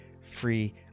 free